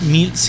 Mil